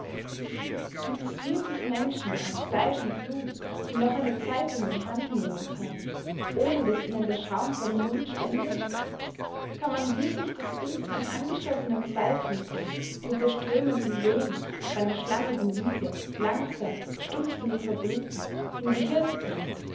gibt es wirklich menschen aus fleisch und blut die noch eine zeitung in die hand nehmen können ohne daß ihnen der schaum vor dem mund stände kann man wirklich das bild von angeschossenen zweifüßlern die unter strömendem regen auf einer schlammigen wiese langsam stumpfsinnig verbluten im gehirn tragen